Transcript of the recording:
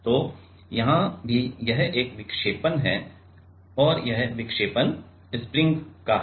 तो यहाँ भी यह एक विक्षेपण है और यह विक्षेपण स्प्रिंग का है